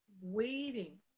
waiting